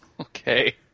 Okay